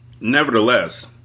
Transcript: Nevertheless